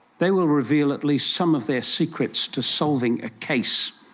they will reveal at least some of their secrets to solving a case.